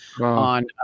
on